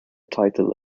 title